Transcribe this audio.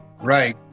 Right